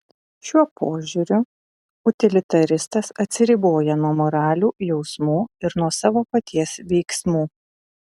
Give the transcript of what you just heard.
šiuo požiūriu utilitaristas atsiriboja nuo moralių jausmų ir nuo savo paties veiksmų